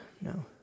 no